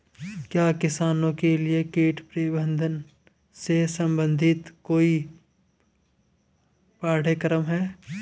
क्या किसानों के लिए कीट प्रबंधन से संबंधित कोई पाठ्यक्रम है?